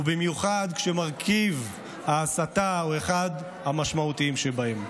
ובמיוחד כשמרכיב ההסתה הוא אחד המשמעותיים בהם.